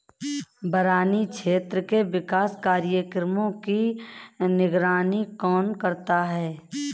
बरानी क्षेत्र के विकास कार्यक्रमों की निगरानी कौन करता है?